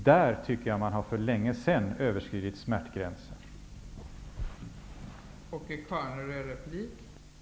Där tycker jag att vi har överskridit smärtgränsen för länge sedan.